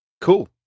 Cool